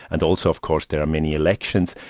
and also of course there are many elections.